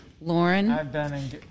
Lauren